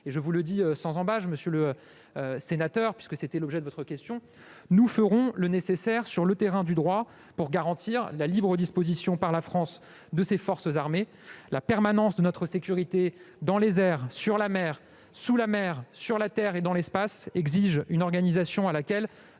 et je vous le dis sans ambages, monsieur le sénateur, puisque c'était l'objet de votre question : nous ferons le nécessaire sur le terrain du droit pour garantir que la France dispose librement de ses forces armées. La permanence de sa sécurité dans les airs, sur la mer, sous la mer, sur la terre et dans l'espace exige une organisation à laquelle